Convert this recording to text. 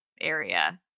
area